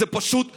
זו פשוט שערורייה.